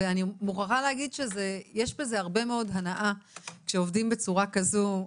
ואני מוכרחה להגיד שיש בזה הרבה מאוד הנאה כשעובדים בצורה כזו.